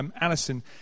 Alison